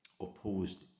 opposed